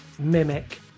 Mimic